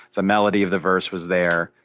the melody of the verse was there.